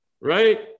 Right